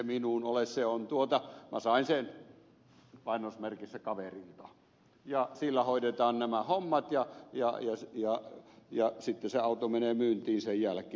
no ei se minun ole minä sain sen kaverilta ja sillä hoidetaan nämä hommat ja sitten sen jälkeen se auto menee myyntiin